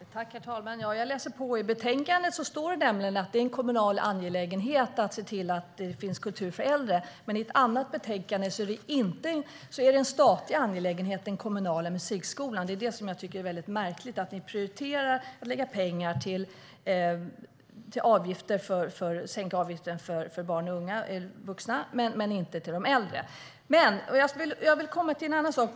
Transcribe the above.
Herr talman! Jag läser på. I betänkandet står det att det är en kommunal angelägenhet att se till att det finns kultur för äldre, men i ett annat betänkande är det en statlig angelägenhet med den kommunala musikskolan. Det är det jag tycker är väldigt märkligt, alltså att ni prioriterar att lägga pengar på att sänka avgifterna för barn och vuxna men inte lägger pengar på de äldre. Jag vill dock komma till en annan sak.